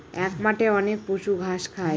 এক মাঠে অনেক পশু ঘাস খায়